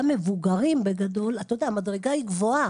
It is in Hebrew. אתה יודע, המדרגה היא גבוהה